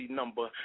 number